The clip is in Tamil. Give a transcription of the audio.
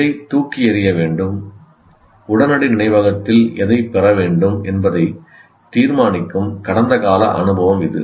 எதைத் தூக்கி எறிய வேண்டும் உடனடி நினைவகத்தில் எதைப் பெற வேண்டும் என்பதை தீர்மானிக்கும் கடந்த கால அனுபவம் இது